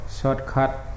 shortcut